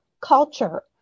culture